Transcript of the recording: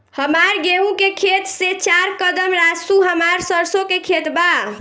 हमार गेहू के खेत से चार कदम रासु हमार सरसों के खेत बा